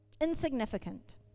insignificant